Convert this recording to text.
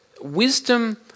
wisdom